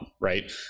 Right